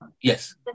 Yes